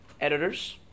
editors